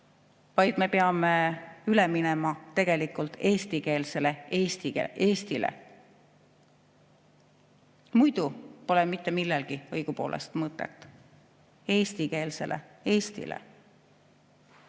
vaid me peame üle minema tegelikult eestikeelsele Eestile. Muidu pole mitte millelgi õigupoolest mõtet. Eestikeelsele Eestile!30